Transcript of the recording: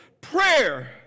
prayer